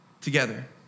together